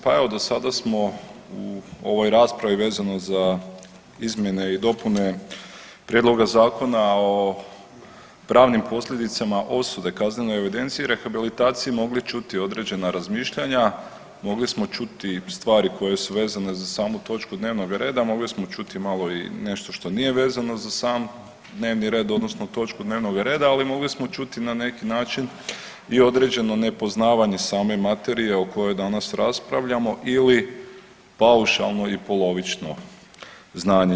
Pa evo do sada smo u ovoj raspravi vezano za izmjene i dopune Prijedloga zakona o pravnim posljedicama osude, kaznenoj evidenciji i rehabilitaciji mogli čuti određena razmišljanja, mogli smo čuti stvari koje su vezane za samu točku dnevnoga reda, a mogli smo čuti malo i nešto što nije vezano za sam dnevni red odnosno točku dnevnoga reda, ali mogli smo čuti na neki način i određeno nepoznavanje same materije o kojoj danas raspravljamo ili paušalno i polovično znanje.